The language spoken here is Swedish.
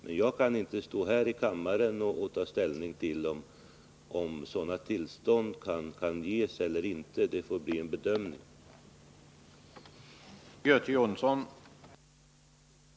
Jag kan dock inte stå här i kammaren och ta ställning till om sådana tillstånd kan ges eller inte. Det måste göras en bedömning i varje särskilt fall.